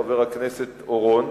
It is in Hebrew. חבר הכנסת אורון,